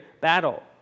battle